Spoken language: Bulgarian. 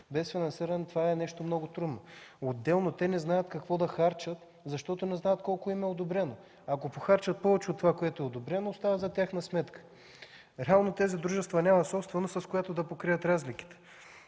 все още са три, е нещо много трудно. Отделно, те не знаят какво да харчат, защото не знаят колко им е одобрено. Ако похарчат повече от това, което е одобрено, остава за тяхна сметка. Реално тези дружества нямат собственост, с която да покрият разликите.